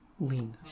lean